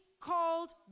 called